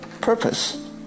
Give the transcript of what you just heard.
purpose